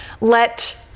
let